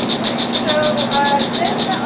all right. so then